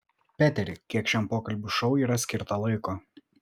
peteri kiek šiam pokalbių šou yra skirta laiko